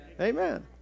Amen